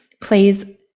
please